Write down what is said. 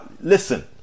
listen